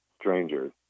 strangers